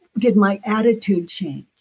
did my attitude change?